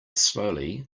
slowly